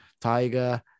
tiger